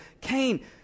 Cain